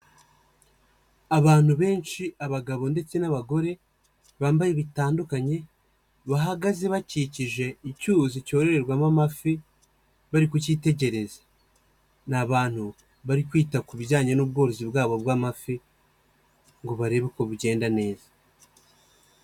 Abantu benshi, abagabo ndetse n'abagore, bambaye bitandukanye, bahagaze bakikije icyuzi cyororerwamo amafi, bari kukiyitegereza, ni abantu bari kwita ku bijyanye n'ubworozi bwabo bw'amafi ngo barebe uko bugenda neza.